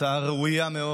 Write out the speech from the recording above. הצעה ראויה מאוד.